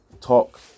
talk